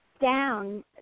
down